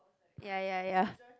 ya ya ya